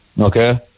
Okay